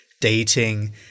dating